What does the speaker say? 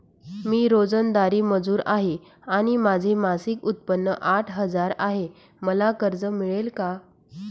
मी रोजंदारी मजूर आहे आणि माझे मासिक उत्त्पन्न आठ हजार आहे, मला कर्ज मिळेल का?